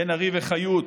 בן-ארי וחיות,